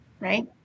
right